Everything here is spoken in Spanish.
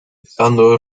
estando